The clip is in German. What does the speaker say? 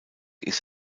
ist